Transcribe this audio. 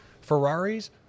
Ferraris